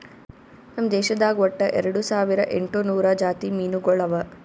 ನಮ್ ದೇಶದಾಗ್ ಒಟ್ಟ ಎರಡು ಸಾವಿರ ಎಂಟು ನೂರು ಜಾತಿ ಮೀನುಗೊಳ್ ಅವಾ